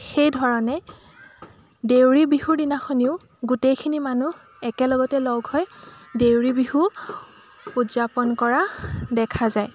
সেইধৰণে দেউৰী বিহুৰ দিনাখনো গোটেইখিনি মানুহ একেলগতে লগ হৈ দেউৰী বিহু উদযাপন কৰা দেখা যায়